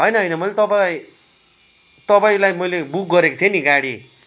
होइन होइन मैले तपाईँलाई तपाईँलाई मैले बुक गरेको थिएँ नि गाडी